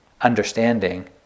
understanding